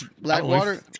Blackwater